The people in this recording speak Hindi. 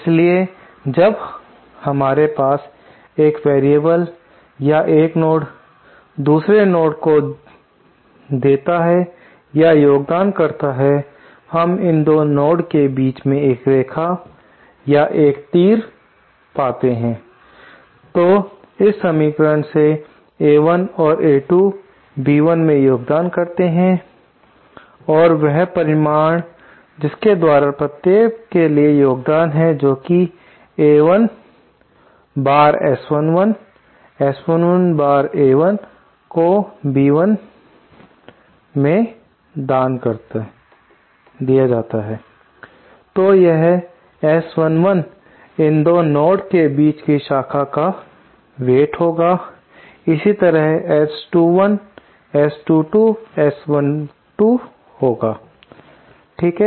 इसलिए जब हमारे पास एक वेरिएबल या एक नोड दूसरे नोड को देता है या योगदान करता है हम इन दो नोड के बीच एक रेखा या एक तीर पीते हैं तो इस समीकरण से A1 और A2 B1 मैं योगदान करते हैं और वह परिणाम जिसके द्वारा प्रत्येक के लिए योगदान है जोकि A1 बार S11 S11 बार A1 को B1 मेव दान दिया जाता है तो यह S11 इन दो नोड के बीच की शाखा का वेईट होगा इसी तरह S21 S22 और S12 होगा ठीक है